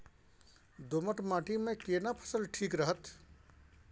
दोमट माटी मे केना फसल ठीक रहत?